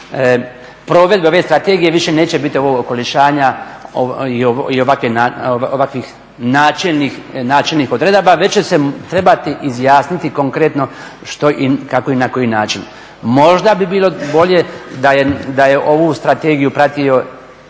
provedbe ove strategije više neće biti ovog okolišanja i ovakvih načelnih odredbi već će se trebati izjasniti konkretno što, kako i na koji način. Možda bi bilo bolje da je ovu strategiju pratio